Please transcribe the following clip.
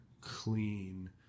clean